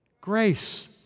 grace